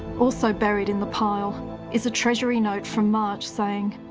also buried in the pile is a treasury note from march saying,